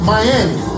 Miami